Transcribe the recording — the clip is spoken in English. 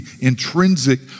intrinsic